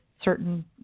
certain